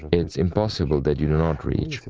it's impossible that you don't ah reach.